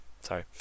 Sorry